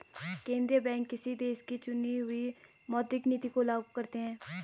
केंद्रीय बैंक किसी देश की चुनी हुई मौद्रिक नीति को लागू करते हैं